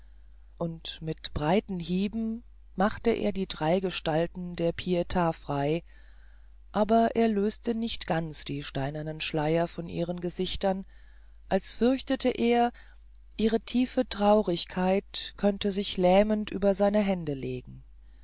und mit breiten hieben machte er die drei gestalten der piet frei aber er löste nicht ganz die steinernen schleier von ihren gesichtern als fürchtete er ihre tiefe traurigkeit könnte sich lähmend über seine hände legen